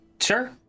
sure